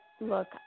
Look